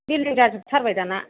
building जाजोबथारबाय दाना